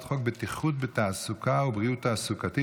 חוק בטיחות בתעסוקה ובריאות תעסוקתית,